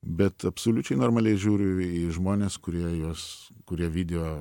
bet absoliučiai normaliai žiūriu į žmones kurie juos kurie video